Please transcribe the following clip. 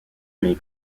may